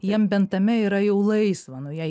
jiem bent tame yra jau laisva nu jei